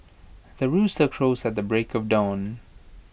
the rooster crows at the break of dawn